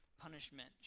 punishment